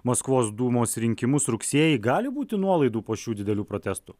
maskvos dūmos rinkimus rugsėjį gali būti nuolaidų po šių didelių protestų